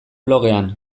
blogean